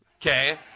okay